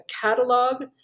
catalog